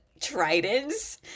tridents